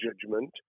judgment